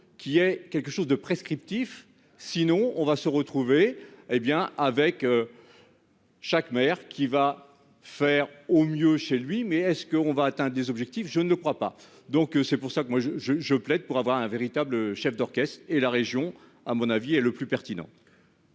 y ait quelque chose de prescriptif, sinon on va se retrouver, hé bien avec. Chaque mère qui va faire au mieux chez lui mais est-ce qu'on va atteindre des objectifs. Je ne le crois pas. Donc c'est pour ça que moi je je je plaide pour avoir un véritable chef d'orchestre d'et la région, à mon avis, est le plus pertinent.